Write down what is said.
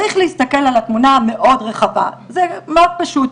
צריך להסתכל על התמונה המאוד רחבה, זה מאוד פשוט.